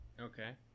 Okay